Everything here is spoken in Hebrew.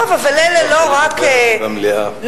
לא יכול לדבר במליאה.